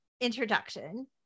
introduction